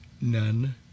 None